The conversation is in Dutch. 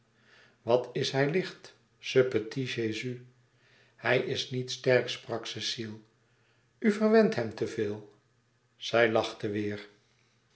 wat is hij licht ce petit jésus hij is niet sterk sprak cecile u verwent hem te veel zij lachte weêr